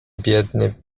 biedny